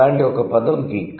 అలాంటి ఒక పదం గీక్